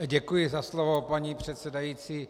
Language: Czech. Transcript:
Děkuji za slovo, paní předsedající.